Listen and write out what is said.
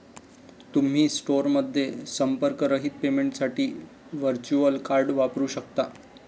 तुम्ही स्टोअरमध्ये संपर्करहित पेमेंटसाठी व्हर्च्युअल कार्ड वापरू शकता